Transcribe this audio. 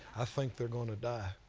i think they're going to die.